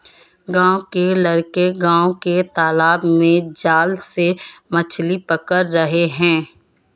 गांव के लड़के गांव के तालाब में जाल से मछली पकड़ रहे हैं